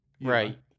right